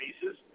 pieces